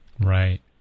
Right